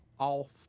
off